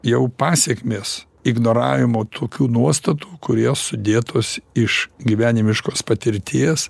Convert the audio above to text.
jau pasekmės ignoravimo tokių nuostatų kurios sudėtos iš gyvenimiškos patirties